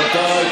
רבותיי,